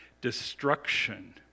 destruction